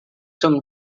政府